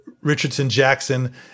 Richardson-Jackson